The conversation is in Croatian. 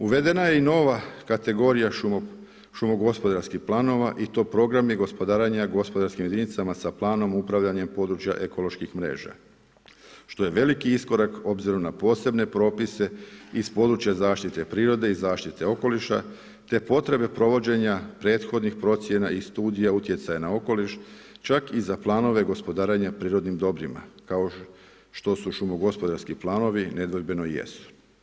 Uvedena je i nova kategorija šumo gospodarskih planova i to programi gospodarenja gospodarskim jedinicama sa planom upravljanja područja ekoloških mreža što je veliki iskorak obzirom na posebne propise iz područja zaštite prirode i zaštite okoliša te potrebe provođenja prethodnih procjena i studija utjecaja na okoliš, čak i za planove gospodarenja prirodnim dobrima, kao što su šumo gospodarski planovi nedvojbeno i jesu.